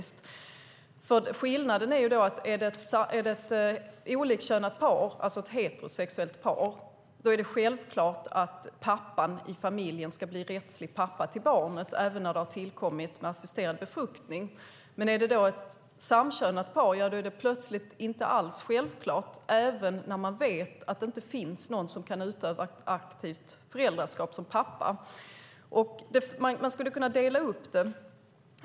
Skillnaden är att för ett olikkönat par, alltså ett heterosexuellt par, är det självklart att pappan i familjen ska bli rättslig förälder till barnet även när det har blivit till med assisterad befruktning. Men är det ett samkönat par är det plötsligt inte alls självklart även när man vet att det inte finns någon som kan utöva aktivt föräldraskap som pappa. Man kan dela upp detta i två delar.